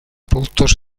productos